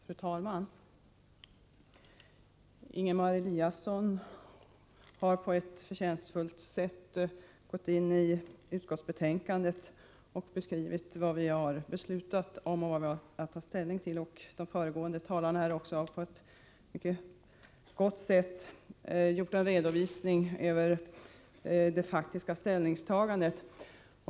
Fru talman! Ingemar Eliasson har på ett förtjänstfullt sätt gått in i utskottsbetänkandet och beskrivit vad vi har beslutat och vad riksdagen nu har att ta ställning till. Också de föregående talarna har på ett mycket bra sätt gjort en redovisning av det viktiga ställningstagandet.